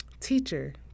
Teacher